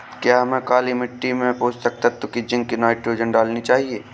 क्या हमें काली मिट्टी में पोषक तत्व की जिंक नाइट्रोजन डालनी चाहिए?